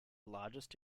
largest